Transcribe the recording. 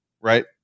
right